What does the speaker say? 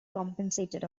compensated